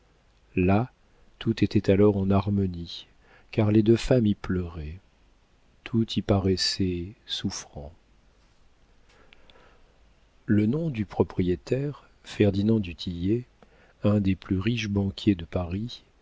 là tout était alors en harmonie car les deux femmes y pleuraient tout y paraissait souffrant le nom du propriétaire ferdinand du tillet un des plus riches banquiers de paris